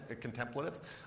contemplatives